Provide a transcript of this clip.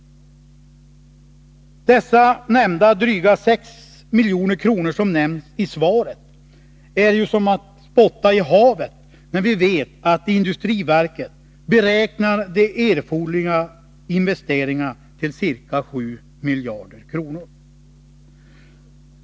Dessa nämnda, dryga 6 milj.kr. som nämns i svaret är som att spotta i havet när vi vet att industriverket beräknar de erforderliga investeringarna till ca 7 miljarder kronor.